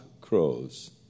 crows